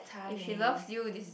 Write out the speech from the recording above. if he love you this is